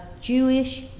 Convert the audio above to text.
Jewish